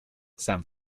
san